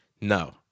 No